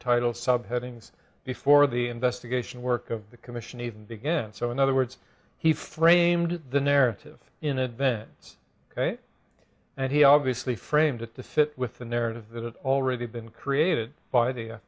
title subheadings before the investigation work of the commission even began so in other words he framed the narrative in advance ok and he obviously framed it the fit with the narrative that already been created by the